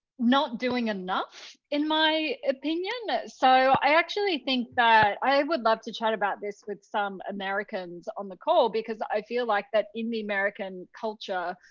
not doing enough, in my opinion. so i actually think that i would love to chat about this with some americans on the call, because i feel like that in the american culture,